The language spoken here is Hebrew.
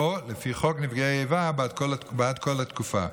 או לפי חוק נפגעי איבה בעד כל התקופה,